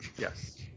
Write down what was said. Yes